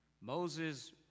Moses